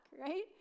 right